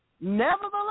Nevertheless